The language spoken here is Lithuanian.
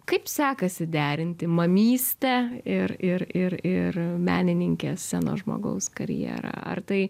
kaip sekasi derinti mamystę ir ir ir ir menininkės scenos žmogaus karjerą ar tai